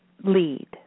lead